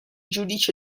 giudici